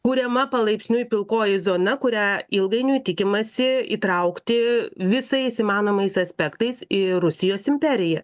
kuriama palaipsniui pilkoji zona kurią ilgainiui tikimasi įtraukti visais įmanomais aspektais į rusijos imperiją